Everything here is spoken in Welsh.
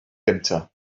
gyntaf